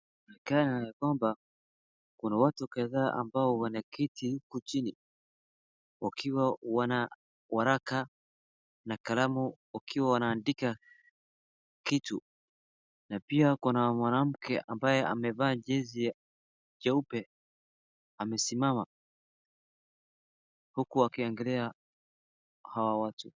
Inaonekana ya kwamba, kuna watu kadhaa ambao wanaketi huku chini, wakiwa na waraka na kalamu wakiwa wanaandika kitu, na pia kuna mwanamke ambaye amevaa jezi jeupe amesimama, huku akiangalia hawa watu.